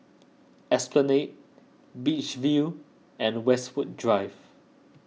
Esplanade Beach View and Westwood Drive